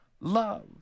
love